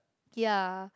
ya